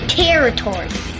territory